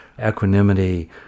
equanimity